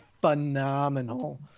phenomenal